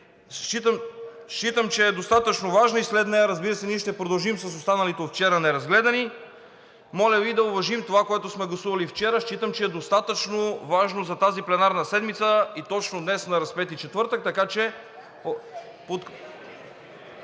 Считам, че е достатъчно важна и след нея, разбира се, ние ще продължим с останалите от вчера неразгледани. Моля Ви да уважим това, което сме гласували вчера. Считам, че е достатъчно важно за тази пленарна седмица и точно днес на Разпети четвъртък.